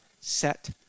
Set